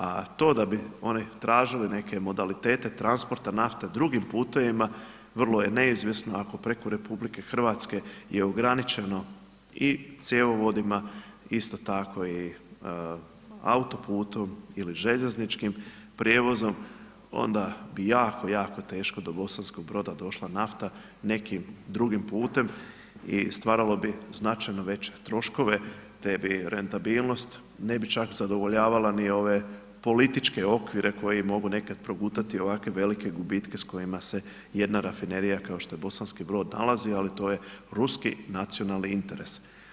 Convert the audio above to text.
A to da bi oni tražili neke modalitete transporta nafte drugim putevima vrlo je neizvjesno ako preko RH je ograničeno i cjevovodima, isto tako i autoputom ili željezničkim prijevozom, onda bi jako, jako teško do Bosanskog Broda došla nafta nekim drugim putem i stvaralo bi značajno veće troškove te bi rentabilnost ne bi čak zadovoljavala ni ove političke okvire koji mogu nekad progutati ovakve velike gubitke s kojima se jedna rafinerija kao što je Bosanski Brod nalazi ali to je ruski nacionalni interes.